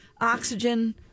oxygen